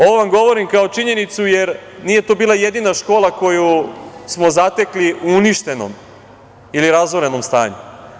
Ovo vam govorim kao činjenicu, jer nije to bila jedina škola koju smo zatekli u uništenom ili razorenom stanju.